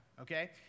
Okay